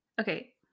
Okay